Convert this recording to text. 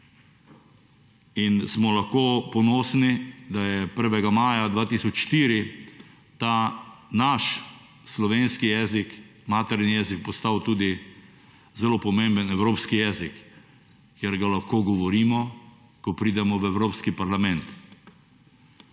in smo lahko ponosni, da je 1. maja 2004, ta naš slovenski jezik materni jezik postal tudi zelo pomemben evropski jezik, ker ga lahko govorimo ko pridemo v evropski parlament.